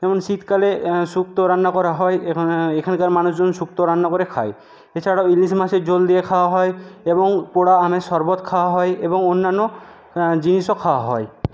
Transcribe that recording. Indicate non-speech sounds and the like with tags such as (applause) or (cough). (unintelligible) শীতকালে শুক্তো রান্না করা হয় এখানে এখানকার মানুষজন শুক্তো রান্না করে খায় এছাড়াও ইলিশ মাছের ঝোল দিয়ে খাওয়া হয় এবং পোড়া আমের শরবত খাওয়া হয় এবং অন্যান্য জিনিসও খাওয়া হয়